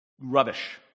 Rubbish